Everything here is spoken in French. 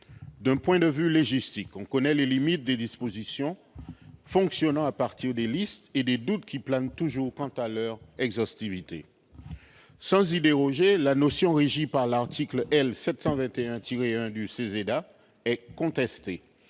D'un point de vue légistique, on connaît les limites des dispositions fonctionnant à partir de listes et les doutes qui planent toujours quant à leur exhaustivité. Sans y déroger, la notion régie par l'article L. 722-1 du code de l'entrée